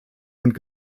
und